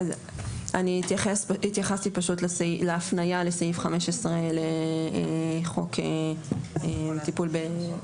התייחסתי להפניה לסעיף 15 לחוק טיפול.